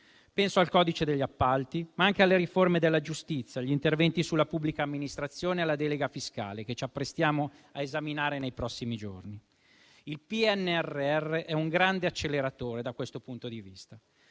penso al codice degli appalti, ma anche alla riforma della giustizia, agli interventi sulla pubblica amministrazione e alla delega fiscale che ci apprestiamo a esaminare nei prossimi giorni. Il PNRR è un grande acceleratore, da questo punto di vista.